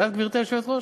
ידעת, גברתי היושבת-ראש?